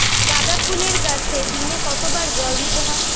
গাদা ফুলের গাছে দিনে কতবার জল দিতে হবে?